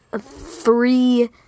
three